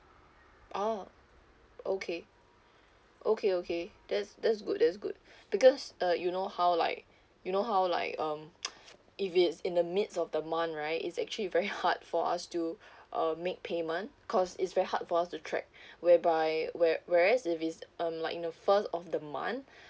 oh okay okay okay that's that's good that's good because uh you know how like you know how like um if it's in the midst of the month right it's actually very hard for us to um make payment because it's very hard for us to track whereby where whereas if it's um like in the first of the month